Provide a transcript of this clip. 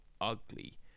ugly